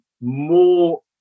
more